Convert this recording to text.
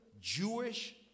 Jewish